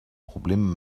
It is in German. probleme